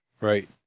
Right